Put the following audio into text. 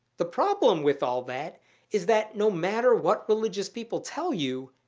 the problem with all that is that, no matter what religious people tell you,